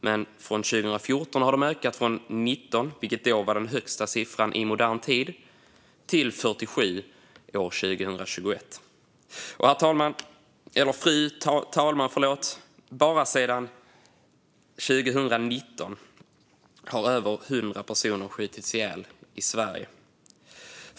Men från 2014 har de ökat från 19, vilket då var den högsta siffran i modern tid, till 47 år 2021. Fru talman! Bara sedan 2019 har över 100 personer skjutits ihjäl i Sverige.